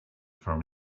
from